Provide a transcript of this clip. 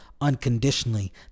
unconditionally